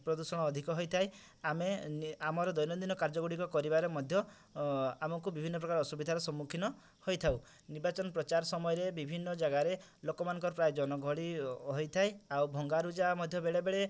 ପ୍ରଦୂଷଣ ଅଧିକ ହୋଇଥାଏ ଆମେ ଆମର ଦୈନଦିନ କାର୍ଯ୍ୟଗୁଡ଼ିକ କରିବାରେ ମଧ୍ୟ ଆମକୁ ବିଭିନ୍ନ ପ୍ରକାର ଅସୁବିଧାର ସମ୍ମୁଖୀନ ହୋଇଥାଉ ନିର୍ବାଚନ ପ୍ରଚାର ସମୟରେ ବିଭିନ୍ନ ଜାଗାରେ ଲୋକମାନଙ୍କର ପ୍ରାୟ ଜନଗହଳି ହୋଇଥାଏ ଆଉ ଭଙ୍ଗାରୁଜା ମଧ୍ୟ ବେଳେ ବେଳେ